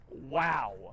Wow